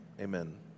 Amen